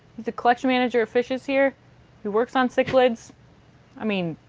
the collection manager of fishes here who works on cichlids i mean.